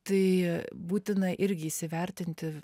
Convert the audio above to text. tai būtina irgi įsivertinti